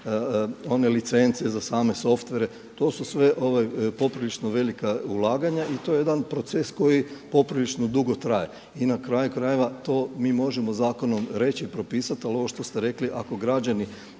one licence za same software. To su sve poprilično velika ulaganja i to je jedan proces koji poprilično dugo traje. I na kraju krajeva to mi možemo zakonom reći, propisati. Ali ovo što ste rekli ako građani